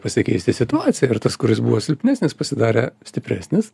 pasikeisti situaciją ir tas kuris buvo silpnesnis pasidarė stipresnis